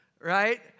Right